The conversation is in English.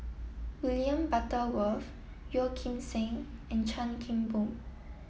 William Butterworth Yeo Kim Seng and Chan Kim Boon